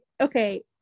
Okay